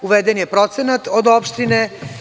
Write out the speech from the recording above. Uveden je procenat od opštine.